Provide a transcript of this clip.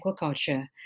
Aquaculture